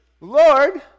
Lord